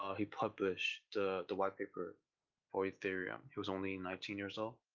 ah he published the the white paper for ethereum. he was only nineteen years old,